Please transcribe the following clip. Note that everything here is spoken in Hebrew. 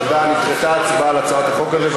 נדחתה ההצבעה על הצעת החוק הזאת,